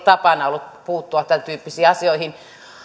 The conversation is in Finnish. tapana puuttua tämäntyyppisiin asioihin